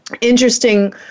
interesting